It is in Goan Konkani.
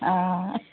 आं